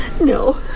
No